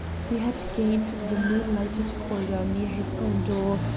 he had gained the moon-lighted corridor near his own door,